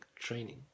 training